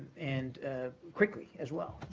and quickly as well.